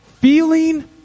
Feeling